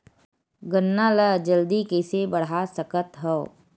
गन्ना ल जल्दी कइसे बढ़ा सकत हव?